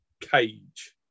cage